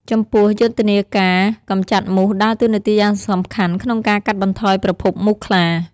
ចំពោះ យុទ្ធនាការកម្ចាត់មូសដើរតួនាទីយ៉ាងសំខាន់ក្នុងការកាត់បន្ថយប្រភពមូសខ្លា។